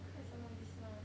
开什么 business